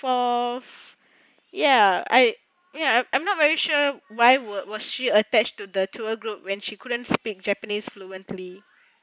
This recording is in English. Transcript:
forth ya I ya I I'm not very sure why would was she attached to the tour group when she couldn't speak japanese fluently